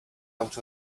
out